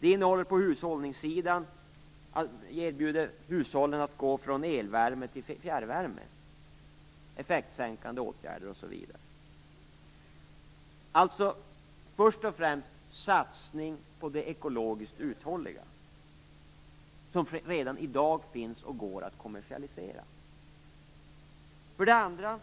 Vidare erbjuder energiuppgörelsen hushållen en möjlighet att gå från elvärme till fjärrvärme genom effektsänkande åtgärder osv. Energiuppgörelsen innehåller alltså först och främst en satsning på det ekologiskt uthålliga som redan i dag finns och som går att kommersialisera. För det andra